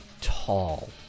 tall